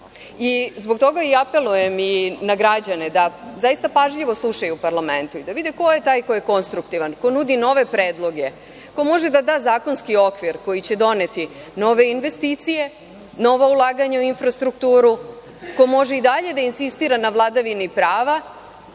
smeru. Zbog toga i apelujem na građane da zaista pažljivo slušaju u parlamentu i da vide ko je taj koji je konstruktivan, ko nudi nove predloge, ko može da da zakonski okvir koji će doneti nove investicije, nova ulaganja u infrastrukturu, ko može i dalje da insistira na vladavini prava,